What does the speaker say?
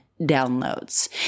downloads